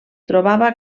trobava